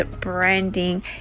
branding